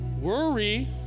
Worry